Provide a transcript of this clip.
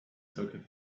soccer